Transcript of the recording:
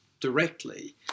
directly